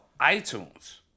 iTunes